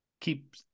keep